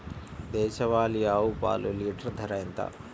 దేశవాలీ ఆవు పాలు లీటరు ధర ఎంత?